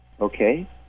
Okay